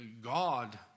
God